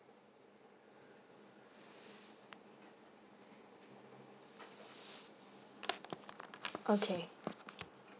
okay